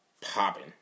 popping